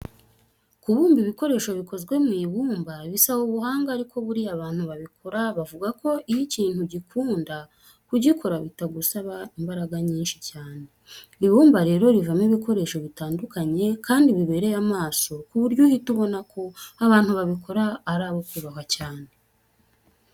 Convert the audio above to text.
Kubumba ibikoresho bikozwe mu ibumba bisaba ubuhanga ariko buriya abantu babikora bavuga ko iyo ikintu ugikunda, kugikora bitagusaba imbaraga nyinshi cyane. Ibumba rero rivamo ibikoresho bitandukanye kandi bibereye amaso ku buryo uhita ubona ko abantu babikora ari abo kubahwa cyane.